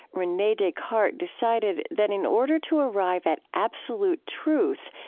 rene descartes decided that in order to arrive at absolute truth,